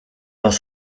dans